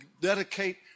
dedicate